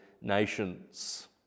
nations